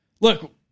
look